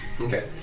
Okay